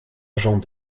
agent